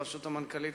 בראשות המנכ"לית,